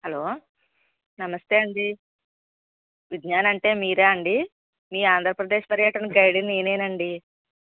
hello namaste అండి విజ్ఞాన్ అంటే మీరా అండి మీ ఆంధ్రప్రదేశ్ పర్యాటన గైడును అండీ